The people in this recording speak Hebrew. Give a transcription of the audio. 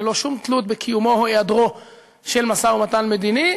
ללא שום תלות בקיומו או בהיעדרו של משא-ומתן מדיני,